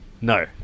No